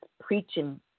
preaching